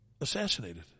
assassinated